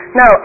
no